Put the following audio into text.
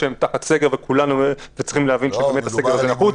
כשהם תחת סגר וצריך להבין שהסגר הזה נחוץ באמת.